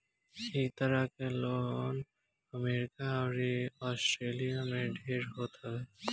इ तरह के लोन अमेरिका अउरी आस्ट्रेलिया में ढेर होत हवे